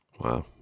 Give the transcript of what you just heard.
Wow